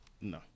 No